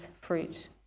fruit